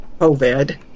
COVID